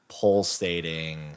pulsating